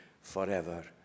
forever